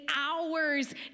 hours